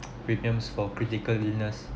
premiums for critical illness